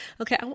Okay